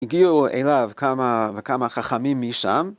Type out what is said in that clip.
הגיעו אליו כמה וכמה חכמים משם.